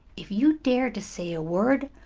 if you dare to say a word,